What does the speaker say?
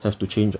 have to change ah